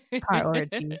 Priorities